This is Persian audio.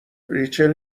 ریچل